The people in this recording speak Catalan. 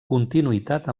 continuïtat